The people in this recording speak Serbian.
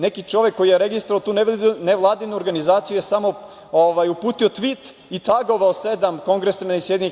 Neki čovek koji je registrovao tu neku nevladinu organizaciju je samo uputio tvit i tagovao sedam kongresmena iz SAD.